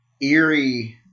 eerie